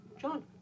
John